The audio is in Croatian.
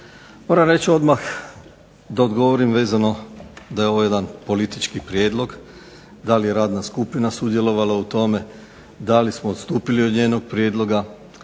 Moram reći odmah da odgovorim vezano da je ovo jedan politički prijedlog, da li je radna skupina sudjelovala u tome, da li smo odstupili od njenog prijedloga,